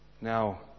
Now